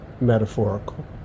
metaphorical